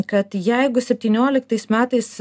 kad jeigu septynioliktais metais